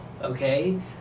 okay